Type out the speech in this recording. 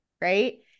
right